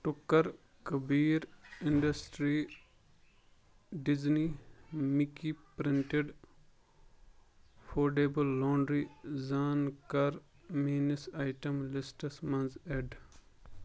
ٹُکر کبیٖر industry Disney Mickey printed foldable laundry زان کَر میٲنِس آیٹم لسٹَس منٛز ایڈ